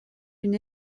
une